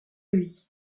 lui